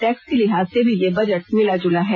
tax के लिहाज से भी यह बजट मिलाजुला है